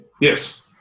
Yes